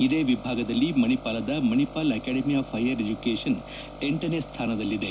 ಇದೇ ವಿಭಾಗದಲ್ಲಿ ಮಣಿಪಾಲದ ಮಣಿಪಾಲ್ ಅಕಾಡೆಮಿ ಆಫ್ ಷ್ಟೆಯರ್ ಎಜುಕೇಶನ್ ಎಂಟನೇ ಸ್ಥಾನದಲ್ಲಿದೆ